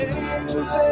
angels